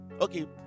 okay